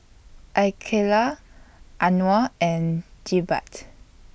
Aqeelah Anuar and Jebat